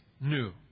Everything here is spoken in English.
new